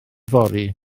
fory